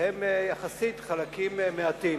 והם יחסית חלקים מעטים.